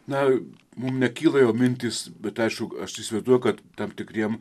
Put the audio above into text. na mum nekyla mintis bet aišku aš įsivaizduoju kad tam tikriem